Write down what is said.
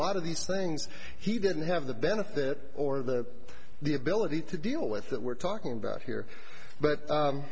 lot of these things he didn't have the benefit or the the ability to deal with that we're talking about here but